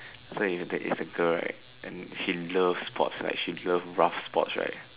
so that's if is a girl right if she loves sports she love rough sports right